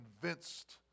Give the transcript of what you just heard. convinced